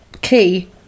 key